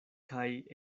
kaj